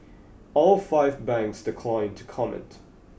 all five banks declined to comment